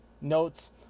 notes